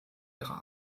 ihrer